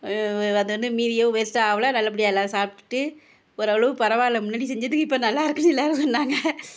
அது வந்து மீதியோ வேஸ்ட்டோ ஆகலை நல்லபடியாக எல்லோரும் சாப்பிட்டுட்டு ஒரு அளவு பரவாயில்ல முன்னாடி செஞ்சதுக்கு இப்போ நல்லாயிருக்குனு எல்லோரும் சொன்னாங்கள்